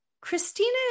christina